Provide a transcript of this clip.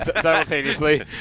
Simultaneously